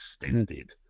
extended